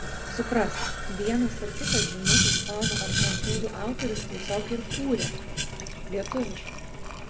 suprask vienas ar kitas žymus ispanų ar prancūzų autorius tiesiog ir kūrė lietuviškai